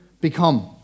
become